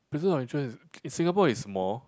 places of interest is Singapore is small